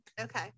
Okay